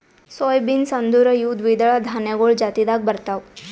soy beans ಅಂದುರ್ ಇವು ದ್ವಿದಳ ಧಾನ್ಯಗೊಳ್ ಜಾತಿದಾಗ್ ಬರ್ತಾವ್